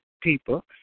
people